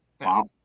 Wow